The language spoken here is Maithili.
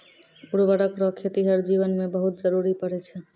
उर्वरक रो खेतीहर जीवन मे बहुत जरुरी पड़ै छै